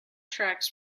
tracks